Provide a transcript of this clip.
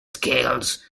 scales